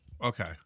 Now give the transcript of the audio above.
Okay